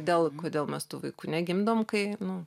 dėl kodėl mes tų vaikų negimdom kai nu